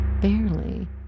barely